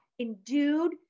endued